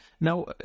now